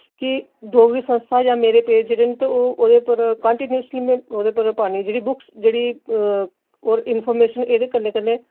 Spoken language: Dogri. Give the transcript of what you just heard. डोगरी संस्था जां मेरे पेज जेह्ड़े न ओह् ओह्दे पर कांटीन्यूली में ओह्दे पर पान्नीं जेह्ड़ी बुक्स जेह्ड़ी और इन्फरमेशन एह्दे कन्नै कन्नै